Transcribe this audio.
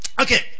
Okay